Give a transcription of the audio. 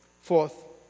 Fourth